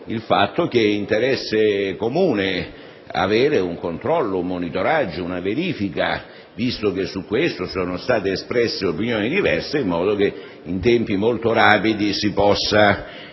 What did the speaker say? il fatto che sia interesse comune avere un controllo, un monitoraggio, una verifica, visto che su questo sono state espresse opinioni diverse, in modo che in tempi molto rapidi si possa